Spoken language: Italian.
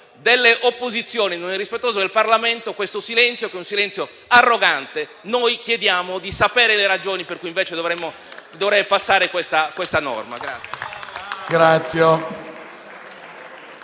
delle opposizioni e del Parlamento questo che è un silenzio arrogante. Noi chiediamo di sapere le ragioni per cui invece dovrebbe passare questa norma.